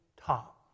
top